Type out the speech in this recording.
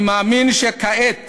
אני מאמין שכעת